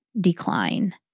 decline